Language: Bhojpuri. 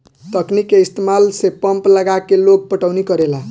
तकनीक के इस्तमाल से पंप लगा के लोग पटौनी करेला